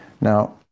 Now